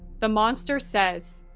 the monster says,